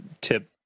tip